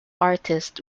artist